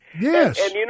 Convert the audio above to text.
yes